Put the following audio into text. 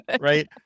Right